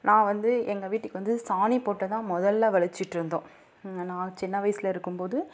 நான் வந்து எங்கள் வீட்டுக்கு வந்து சாணி போட்டு தான் முதல்ல வழிச்சிட்ருந்தோம் நான் சின்ன வயசில் இருக்கும் போது